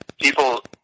People